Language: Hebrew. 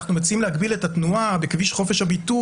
אנחנו מציעים להגביל את התנועה בכביש חופש הביטוי